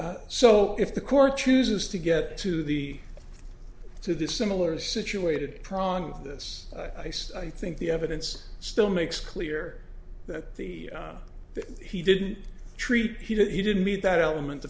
so if the court chooses to get to the to the similar situated prong of this ice i think the evidence still makes clear that the that he didn't treat he didn't mean that element